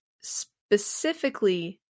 specifically